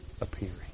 appearing